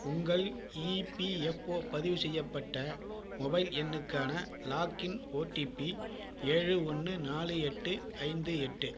உங்கள் இபிஎஃப்ஓ பதிவு செய்யப்பட்ட மொபைல் எண்ணுக்கான லாகின் ஓடிபி ஏழு ஒன்று நாலு எட்டு ஐந்து எட்டு